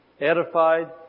edified